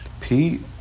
Pete